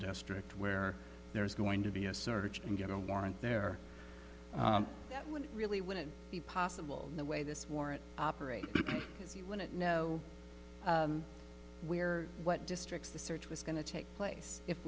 district where there is going to be a search and get a warrant there that would really wouldn't be possible in the way this warrant operate as you wouldn't know where what districts the search was going to take place if